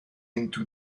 into